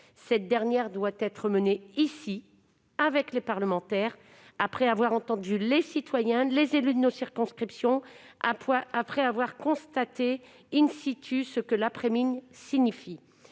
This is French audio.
Cette dernière doit être menée ici, par les parlementaires, après avoir entendu les citoyens et les élus de nos circonscriptions et après avoir constaté,, ce que l'après-mine signifie.